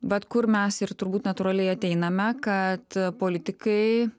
bet kur mes ir turbūt natūraliai ateiname kad politikai